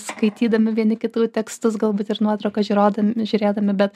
skaitydami vieni kitų tekstus galbūt ir nuotrauką žiūrodam žiūrėdami bet